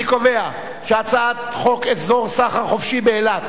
אני קובע שהצעת חוק אזור סחר חופשי באילת